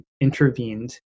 intervened